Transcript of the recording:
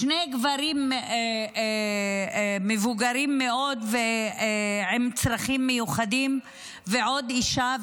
שני גברים מבוגרים מאוד ועם צרכים מיוחדים ועוד אישה,